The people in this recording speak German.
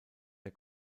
der